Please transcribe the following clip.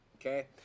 Okay